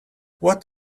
what